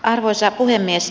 arvoisa puhemies